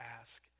ask